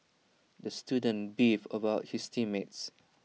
the student beefed about his team mates